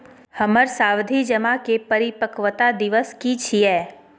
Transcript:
हमर सावधि जमा के परिपक्वता दिवस की छियै?